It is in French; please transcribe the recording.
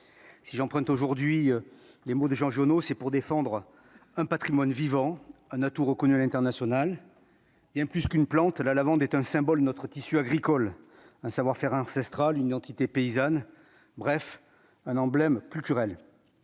si j'emprunte aujourd'hui les mots de Jean Giono, c'est pour défendre un Patrimoine vivant un atout reconnu à l'international, il y a plus qu'une plante la lavande est un symbole notre tissu agricole un savoir-faire ancestral, une entité paysanne, bref un emblème culturel